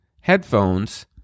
headphones